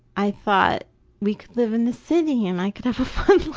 i thought we could live in the city and i could have a fun